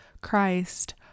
Christ